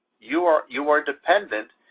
you are you are dependent,